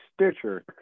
Stitcher